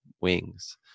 wings